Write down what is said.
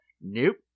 nope